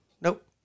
Nope